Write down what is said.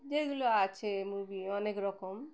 যেইগুলো আছে মুভি অনেক রকম